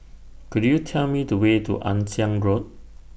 Could YOU Tell Me The Way to Ann Siang Road